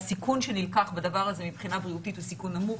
והסיכון שנלקח בדבר הזה מבחינה בריאותית הוא סיכון נמוך,